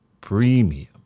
premium